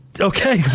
Okay